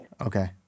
Okay